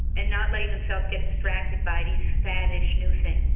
and not letting themselves get distracted by these faddish new things.